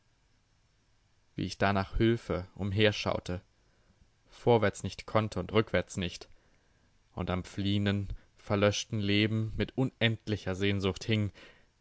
wie ich da nach hülfe umherschaute vorwärts nicht könnte und rückwärts nicht und am fliehenden verlöschten leben mit unendlicher sehnsucht hing